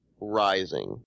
rising